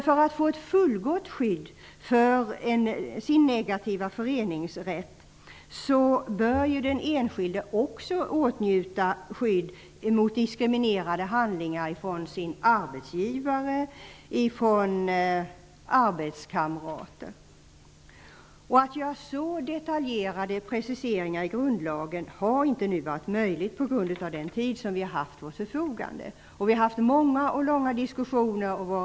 För att få fullgott skydd för sin negativa föreningsrätt bör den enskilde också åtnjuta skydd mot diskriminerande handlingar från sin arbetsgivare och sina arbetskamrater. Med den tid vi har haft till vårt förfogande har det inte varit möjligt att göra så detaljerade preciseringar i grundlagen. Vi har haft många och långa diskussioner om detta.